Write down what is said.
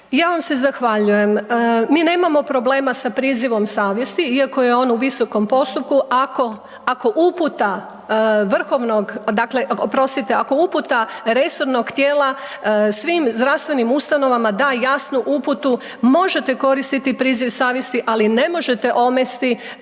Ja vam se zahvaljujem. Mi nemamo problema sa prizivom savjesti iako je on u visokom postupku ako uputa resornog tijela svim zdravstvenim ustanovama da jasnu uputu, možete koristiti priziv savjesti ali ne možete omesti